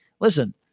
listen